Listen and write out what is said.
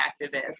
activists